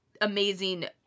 amazing